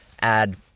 add